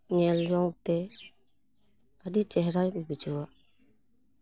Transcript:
ᱧᱮᱞ ᱡᱚᱝ ᱛᱮ ᱟᱹᱰᱤ ᱪᱮᱦᱨᱟᱧ ᱵᱩᱡᱷᱟᱹᱣᱟ